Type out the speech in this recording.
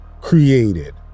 created